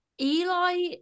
Eli